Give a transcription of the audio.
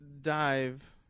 dive